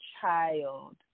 child